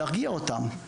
להרגיע אותם.